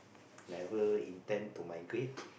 never intend to migrate